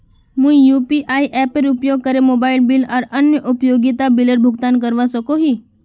मुई यू.पी.आई एपेर उपयोग करे मोबाइल बिल आर अन्य उपयोगिता बिलेर भुगतान करवा सको ही